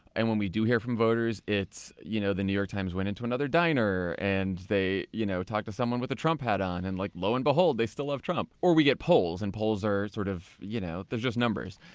when we do hear from voters it's, you know the new york times went into another diner and they you know talked to someone with a trump hat on and like lo and behold, they still love trump. or, we get polls and polls are sort of, you know they're just numbers.